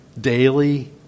daily